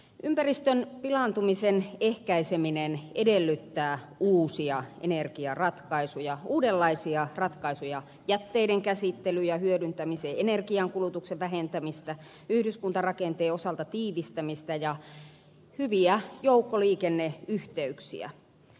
ympäristön pilaantumisen ehkäiseminen edellyttää uusia energiaratkaisuja uudenlaisia ratkaisuja jätteiden käsittelyyn ja hyödyntämiseen energian kulutuksen vähentämistä yhdyskuntarakenteen tiivistämistä ja hyviä joukkoliikenneyhteyksiä